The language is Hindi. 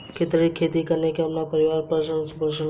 खेतिहर खेती करके अपने परिवार का भरण पोषण करता है